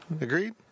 Agreed